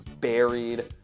buried